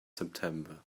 september